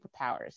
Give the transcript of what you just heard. superpowers